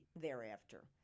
thereafter